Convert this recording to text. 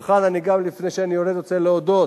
וכאן, לפני שאני יורד, אני רוצה להודות